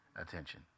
attention